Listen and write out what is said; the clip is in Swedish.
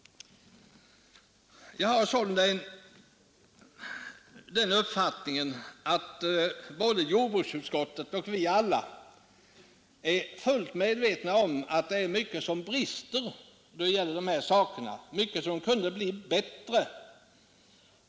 Jag har sålunda den uppfattningen att både jordbruksutskottet och alla vi andra är fullt medvetna om att det är mycket som brister i dessa avseenden och att mycket kunde bli bättre.